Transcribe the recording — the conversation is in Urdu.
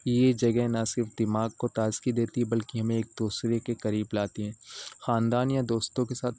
یہ جگہ نہ صرف دماغ کو تازگی دیتی بلکہ ہمیں ایک دوسرے کے قریب لاتی ہیں خاندان یا دوستوں کے ساتھ